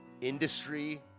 industry